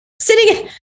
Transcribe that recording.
Sitting